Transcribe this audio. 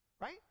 Right